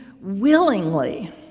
willingly